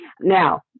Now